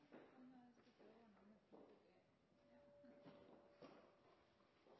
jeg kan